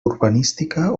urbanística